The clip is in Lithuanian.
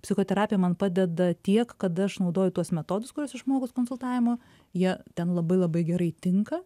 psichoterapija man padeda tiek kad aš naudoju tuos metodus kuriuos išmokus konsultavimo jie ten labai labai gerai tinka